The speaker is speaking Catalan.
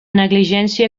negligència